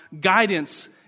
guidance